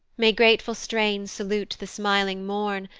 may grateful strains salute the smiling morn,